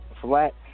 flat